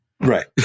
Right